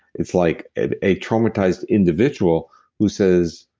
it's like a a traumatized individual who says,